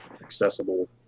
accessible